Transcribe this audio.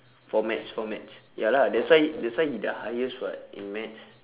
for maths for maths ya lah that's why that's why he the highest [what] in maths